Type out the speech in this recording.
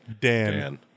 Dan